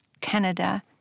Canada